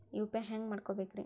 UPI ಹ್ಯಾಂಗ ಮಾಡ್ಕೊಬೇಕ್ರಿ?